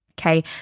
Okay